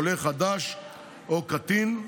עולה חדש או קטין,